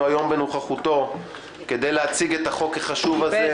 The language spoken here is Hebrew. היום בנוכחותו כדי להציג את החוק החשוב הזה.